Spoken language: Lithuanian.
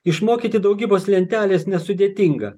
išmokyti daugybos lentelės nesudėtinga